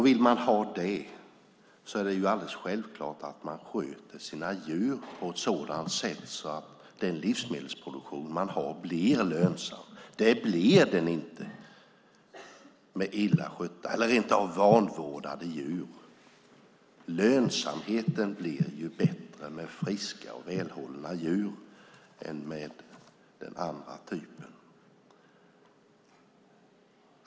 Vill man ha det är det självklart att man sköter sina djur på ett sådant sätt att livsmedelsproduktionen blir lönsam. Det blir den inte med illa skötta eller vanvårdade djur. Lönsamheten blir bättre med friska och välhållna djur än med den andra typen.